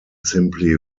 simply